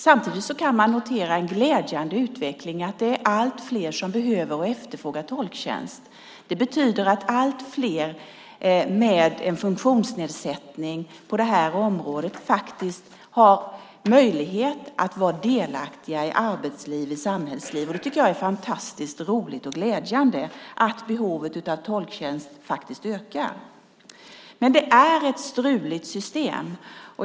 Samtidigt kan man notera en glädjande utveckling; det är allt fler som behöver och efterfrågar tolktjänst. Det betyder att allt fler med en funktionsnedsättning på området har möjlighet att vara delaktiga i arbetsliv och samhällsliv. Jag tycker att det är fantastiskt roligt och glädjande att behovet av tolktjänst faktiskt ökar. Men det är ett struligt system.